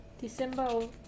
December